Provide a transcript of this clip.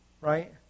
right